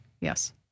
Yes